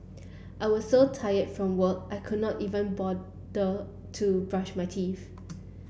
I was so tired from work I could not even bother to brush my teeth